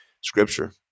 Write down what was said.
scripture